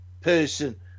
Person